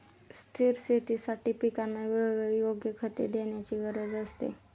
स्थिर शेतीसाठी पिकांना वेळोवेळी योग्य खते देण्याची गरज असते